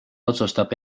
otsustab